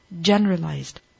generalized